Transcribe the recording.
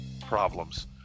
problems